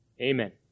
amen